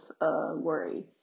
worry